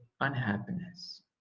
unhappiness